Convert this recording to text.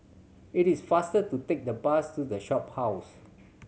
it is faster to take the bus to The Shophouse